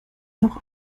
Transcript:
noch